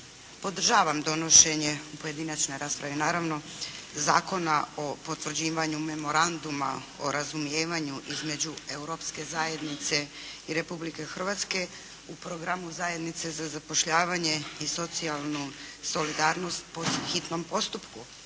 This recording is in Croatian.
Podržavam donošenje u pojedinačnoj raspravi, naravno, Zakona o potvrđivanju memoranduma o razumijevanju između Europske zajednice i Republike Hrvatske u programu zajednice za zapošljavanje i socijalnu solidarnost po hitnom postupku.